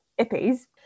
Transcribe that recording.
Ippies